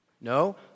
No